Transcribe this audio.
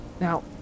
now